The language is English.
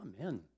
Amen